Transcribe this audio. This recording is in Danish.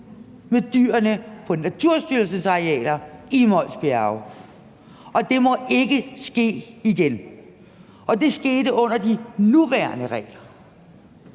med dyrene på Naturstyrelsens arealer i Mols Bjerge, og det må ikke ske igen. Det skete under de nuværende regler,